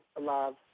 love